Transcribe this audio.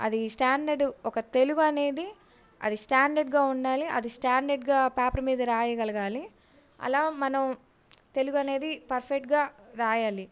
అది స్టాండర్డు ఒక తెలుగనేది అది స్టాండర్డ్గా ఉండాలి అది స్టాండర్డ్గా పేపర్ మీద రాయగలగాలి అలా మనం తెలుగనేది పర్ఫెక్ట్గా రాయాలి